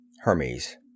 Hermes